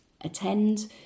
attend